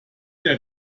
der